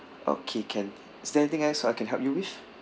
okay can is there anything else I can help you with